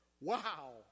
Wow